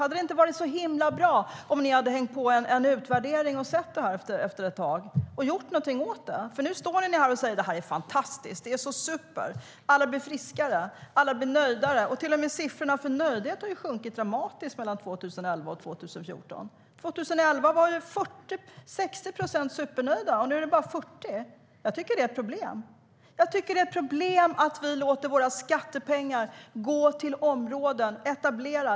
Hade det inte varit himla bra om ni hade hängt på en utvärdering så att ni hade sett det här efter ett tag och gjort någonting åt det? Nu står ni här och säger: Det här är fantastiskt! Det är så super. Alla blir friskare. Alla blir nöjdare. Jag tycker att det är ett problem att vi låter våra skattepengar gå till etablerade områden.